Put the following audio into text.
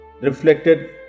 reflected